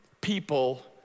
people